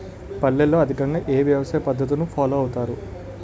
పల్లెల్లో అధికంగా ఏ వ్యవసాయ పద్ధతులను ఫాలో అవతారు?